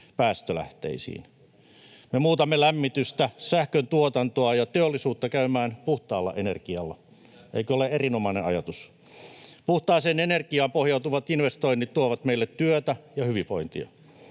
päästölähteisiin. Me muutamme lämmitystä, sähköntuotantoa ja teollisuutta käymään puhtaalla energialla. Eikö ole erinomainen ajatus? Puhtaaseen energiaan pohjautuvat investoinnit tuovat meille myös työtä ja hyvinvointia.